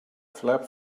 flap